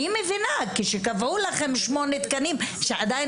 אני מבינה שקבעו לכם שמונה תקנים שעדיין